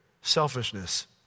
selfishness